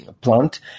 plant